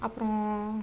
அப்புறம்